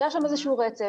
שיש שם איזשהו רצף.